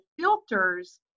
filters